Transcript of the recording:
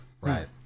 right